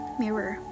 mirror